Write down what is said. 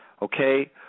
Okay